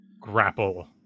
grapple